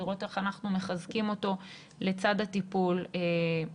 לראות איך אנחנו מחזקים אותו לצד הטיפול בקורונה.